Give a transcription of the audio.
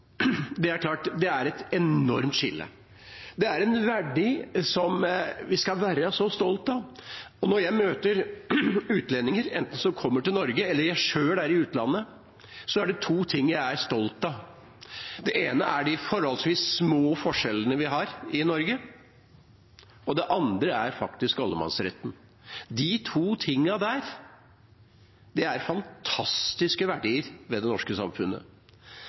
Det er klart at det er et enormt skille. Dette er en verdi som vi skal være stolte av. Når jeg møter utlendinger som kommer til Norge, eller når jeg sjøl er i utlandet, så er det to ting jeg er stolt av. Det ene er de forholdsvis små forskjellene vi har i Norge, og det andre er faktisk allemannsretten. De to tingene er fantastiske verdier ved det norske samfunnet.